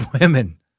women